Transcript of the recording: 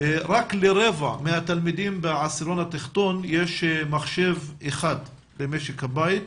רק לרבע מהתלמידים בעשירון התחתון יש מחשב אחד במשק הבית.